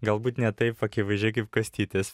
galbūt ne taip akivaizdžiai kaip kastytis